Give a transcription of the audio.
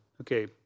Okay